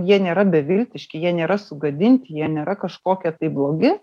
jie nėra beviltiški jie nėra sugadinti jie nėra kažkokie tai blogi